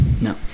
No